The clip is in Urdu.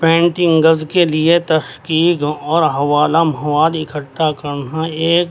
پینٹنگز کے لیے تحقیق اور حوالا مواد اکھٹھا کرنا ایک